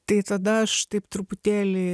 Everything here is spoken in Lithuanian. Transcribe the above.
tai tada aš taip truputėlį